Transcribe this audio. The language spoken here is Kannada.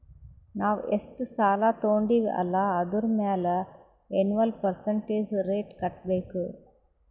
ನಾವ್ ಎಷ್ಟ ಸಾಲಾ ತೊಂಡಿವ್ ಅಲ್ಲಾ ಅದುರ್ ಮ್ಯಾಲ ಎನ್ವಲ್ ಪರ್ಸಂಟೇಜ್ ರೇಟ್ ಕಟ್ಟಬೇಕ್